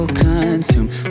consumed